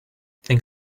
think